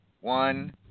one